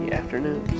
afternoon